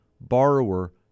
borrower